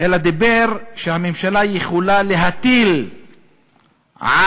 אלא אמר שהממשלה יכולה להטיל על